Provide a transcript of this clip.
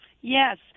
yes